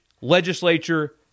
legislature